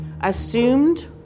assumed